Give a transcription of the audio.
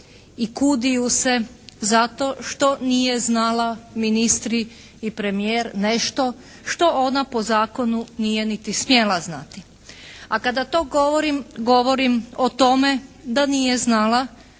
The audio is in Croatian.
i kudi ju se zato što nije znala ministri i premijer nešto što ona po zakonu nije niti smjela znati, a kada to govorim govorim o tome da nije znala